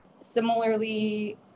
similarly